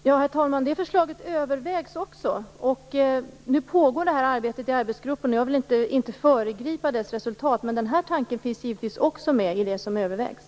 Herr talman! Det förslaget övervägs också. Nu pågår arbetet i arbetsgruppen, och jag vill inte föregripa dess resultat. Denna tanke finns givetvis också med bland det som övervägs.